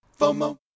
FOMO